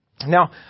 Now